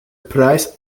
preis